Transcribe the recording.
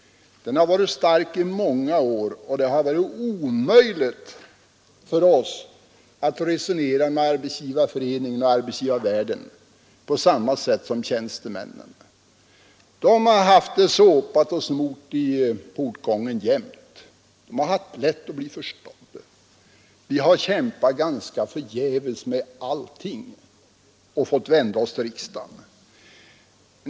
Den har varit stark i många år, men det har ändå varit omöjligt för oss att resonera med Arbetsgivareföreningen och arbetsgivarvärlden på samma sätt som tjänstemännen kunnat göra. De har alltid haft det såpat och smort i portgången, och de har haft lätt att bli förstådda. Vi däremot har kämpat förgäves med nära nog allting, och vi har fått vända oss till riksdagen.